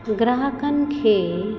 ग्राहकनि खे